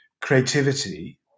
creativity